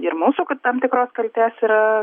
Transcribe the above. ir mūsų tam tikros kaltės yra